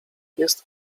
jest